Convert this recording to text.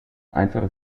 einfache